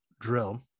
drill